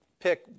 pick